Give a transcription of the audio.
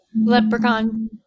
Leprechaun